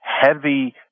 heavy